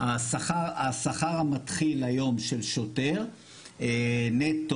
השכר המתחיל היום של שוטר נטו,